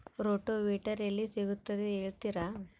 Rotavator ಎಲ್ಲಿ ಸಿಗುತ್ತದೆ ಹೇಳ್ತೇರಾ?